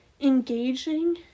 engaging